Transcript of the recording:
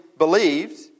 believed